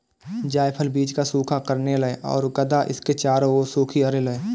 जायफल बीज का सूखा कर्नेल है और गदा इसके चारों ओर सूखी अरिल है